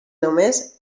només